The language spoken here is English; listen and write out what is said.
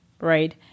right